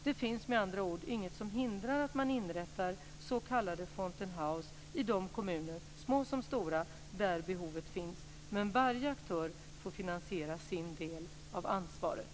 Det finns med andra ord inget som hindrar att man inrättar så kallade Fontänhus i de kommuner, små som stora, där behovet finns. Men varje aktör får finansiera sin del av ansvaret.